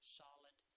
solid